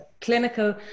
clinical